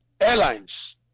airlines